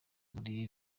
muri